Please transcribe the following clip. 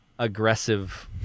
aggressive